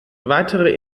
weitere